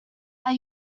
are